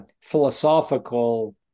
philosophical